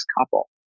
couple